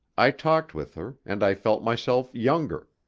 i talked with her, and i felt myself younger,